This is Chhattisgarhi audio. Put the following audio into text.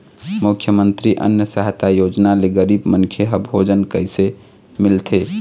मुख्यमंतरी अन्न सहायता योजना ले गरीब मनखे ह भोजन कइसे मिलथे?